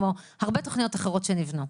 כמו הרבה תוכניות אחרות שנבנו.